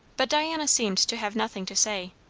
but diana seemed to have nothing to say.